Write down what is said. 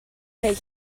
pay